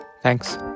Thanks